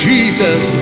Jesus